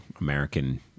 American